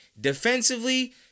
Defensively